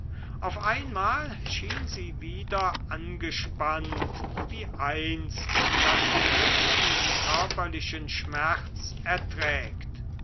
auf einmal schien sie wieder angespannt wie eins das den höchsten körperlichen schmerz erträgt